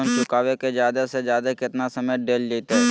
Loan चुकाबे के जादे से जादे केतना समय डेल जयते?